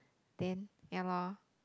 then ya lor